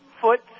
foot